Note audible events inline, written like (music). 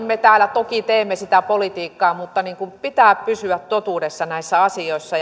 (unintelligible) me täällä toki teemme sitä politiikkaa mutta pitää pysyä totuudessa näissä asioissa (unintelligible)